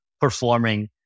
performing